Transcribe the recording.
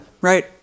right